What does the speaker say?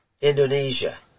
Indonesia